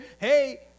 Hey